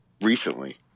recently